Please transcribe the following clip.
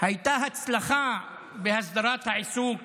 הייתה הצלחה בהסדרת העיסוק